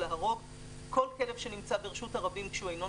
להכריז במודעה שיפרסם ברשומות כל אזור כאזור